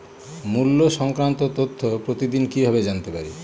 মুল্য সংক্রান্ত তথ্য প্রতিদিন কিভাবে জানতে পারি?